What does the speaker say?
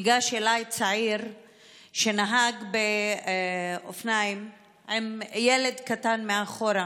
ניגש אליי צעיר שנהג באופניים עם ילד קטן מאחור.